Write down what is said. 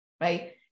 right